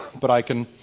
but i can